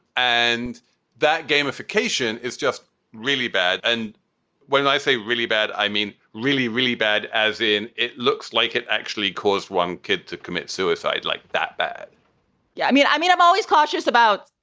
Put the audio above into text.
and that gamification is just really bad. and when i say really bad, i mean really, really bad as in. it looks like it actually caused one kid to commit suicide like that bad yeah. i mean i mean, i'm always cautious about,